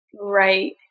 right